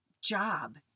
job